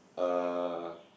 uh